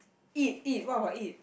eat eat what about eat